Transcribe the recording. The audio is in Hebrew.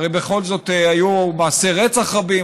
הרי בכל זאת היו מעשי רצח רבים,